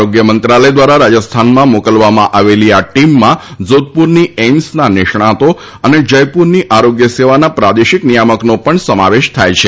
આરોગ્ય મંત્રાલય દ્વારા રાજસ્થાનમાં મોકલવામાં આવેલી આ ટીમમાં જોધપુરની એઈમ્સના નિષ્ણાતો અને જયપુરની આરોગ્ય સેવાના પ્રાદેશિક નિયામકનો પણ સમાવેશ થાય છે